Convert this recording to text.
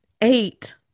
eight